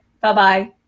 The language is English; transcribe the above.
Bye-bye